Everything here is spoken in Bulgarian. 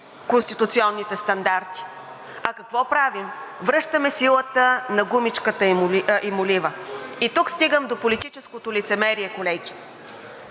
конституционните стандарти. А какво правим? Връщаме силата на гумичката и молива. И тук стигам до политическото лицемерие, колеги.